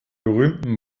berühmten